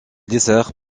dessert